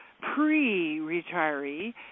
pre-retiree